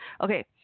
Okay